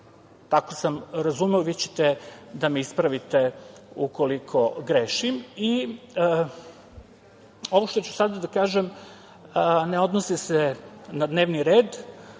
Tako sam razumeo, vi ćete da me ispravite ukoliko grešim. Ovo što ću sada da kažem ne odnosi se na dnevni red,